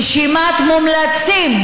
רשימת מומלצים,